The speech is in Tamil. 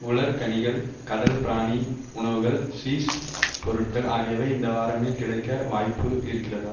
உலர்கனிகள் கடல் பிராணி உணவுகள் சீஸ் பொருட்கள் ஆகியவை இந்த வாரமே கிடைக்க வாய்ப்பு இருக்கிறதா